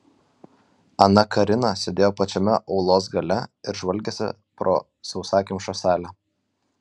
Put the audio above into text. ana karina sėdėjo pačiame aulos gale ir žvalgėsi po sausakimšą salę